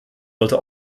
sollte